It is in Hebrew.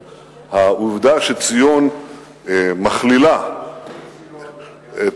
אבל העובדה שציון מכלילה את,